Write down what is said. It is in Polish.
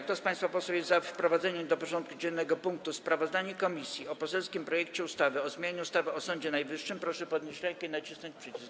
Kto z państwa posłów jest za wprowadzeniem do porządku dziennego punktu: Sprawozdanie komisji o poselskim projekcie ustawy o zmianie ustawy o Sądzie Najwyższym, proszę podnieść rękę i nacisnąć przycisk.